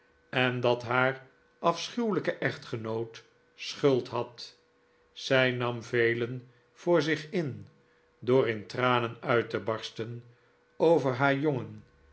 en dat haar afschuwelijke echtgenoot schuld had zij nam velen voor zich in door in tranen uit te barsten over haar jongen